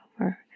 over